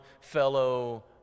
fellow